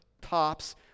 tops